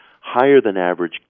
higher-than-average